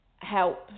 help